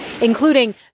including